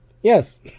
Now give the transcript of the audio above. yes